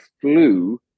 flew